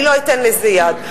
אני לא אתן לזה יד.